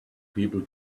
people